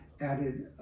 added